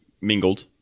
mingled